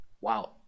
Wow